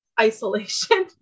isolation